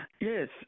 Yes